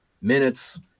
minutes